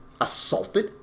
assaulted